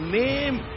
name